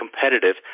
competitive